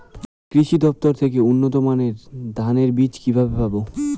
কৃষি দফতর থেকে উন্নত মানের ধানের বীজ কিভাবে পাব?